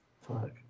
fuck